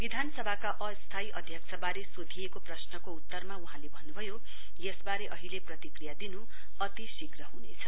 विधानसभाका अस्थाई अध्यक्ष वारे सोधिएको प्रश्नको उत्तरमा वहाँले भन्नुभयो यसवारे अहिले प्रतिक्रिया दिनु अति शीघ्र हुनेछ